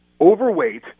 overweight